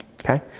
okay